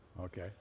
Okay